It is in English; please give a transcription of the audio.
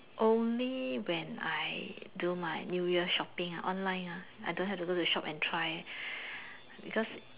only when I do my new year shopping online ah I don't have to go and shop and try because